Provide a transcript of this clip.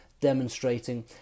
demonstrating